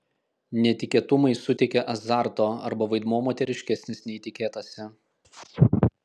netikėtumai suteikia azarto arba vaidmuo moteriškesnis nei tikėtasi